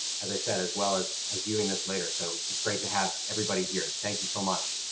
as i said as well as as viewing this later. so it's great to have everybody here. thank you so much.